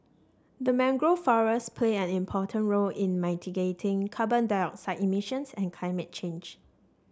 the mangrove forests play an important role in mitigating carbon dioxide emissions and climate change